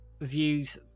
views